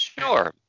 Sure